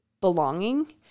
belonging